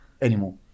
anymore